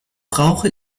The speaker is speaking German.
brauche